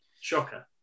Shocker